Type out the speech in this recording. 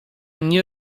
nie